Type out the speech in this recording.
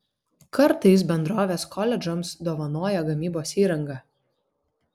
kartais bendrovės koledžams dovanoja gamybos įrangą